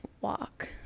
walk